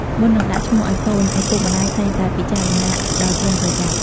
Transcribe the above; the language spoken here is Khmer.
មុននឹងដាក់ឈ្មោះឲ្យកូន ឪពុកម្តាយតែងតែពិចារណាដោយប្រុងប្រយ័ត្ន។